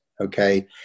okay